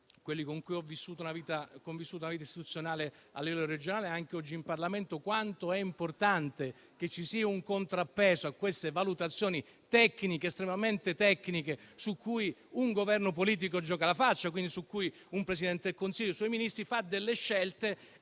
quelli con cui ho vissuto una vita istituzionale a livello regionale e anche oggi in Parlamento, e penso quanto sia importante che ci sia un contrappeso a delle valutazioni estremamente tecniche su cui un Governo politico si gioca la faccia. Un Presidente del Consiglio e i Ministri fanno delle scelte